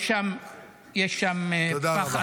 תודה רבה.